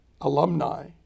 alumni